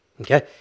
Okay